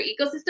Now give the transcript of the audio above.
ecosystem